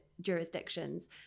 jurisdictions